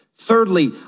Thirdly